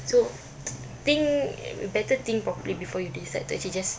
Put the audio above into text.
so think better think properly before you decide to actually just